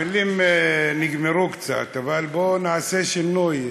המילים נגמרו קצת, אבל בואו נעשה שינוי.